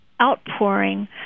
outpouring